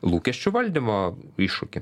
lūkesčių valdymo iššūkį